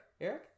Eric